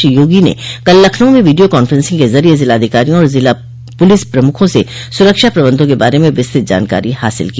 श्री योगी ने कल लखनऊ में वीडियो कांफ्रेंसिंग के जरिये जिलाधिकारियों और ज़िला पुलिस प्रमुखों से सुरक्षा प्रबंधों के बारे में विस्तृत जानकारी हासिल की